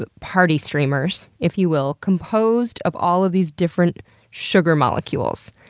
but party streamers, if you will, composed of all of these different sugar molecules.